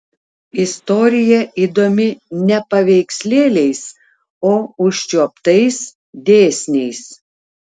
istorija įdomi ne paveikslėliais o užčiuoptais dėsniais